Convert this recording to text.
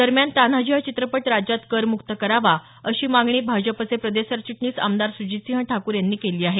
दरम्यान तान्हाजी हा चित्रपट राज्यात करमुक्त करावा अशी मागणी भाजपचे प्रदेश सरचिटणीस आमदार सुजितसिंह ठाकूर यांनी केली आहे